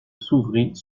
s’ouvrit